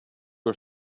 are